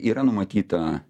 yra numatyta